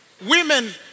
Women